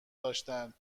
داشتند